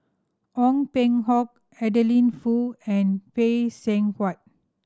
Ong Peng Hock Adeline Foo and Phay Seng Whatt